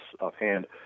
offhand